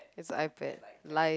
it's a iPad lie